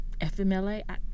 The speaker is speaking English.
fmla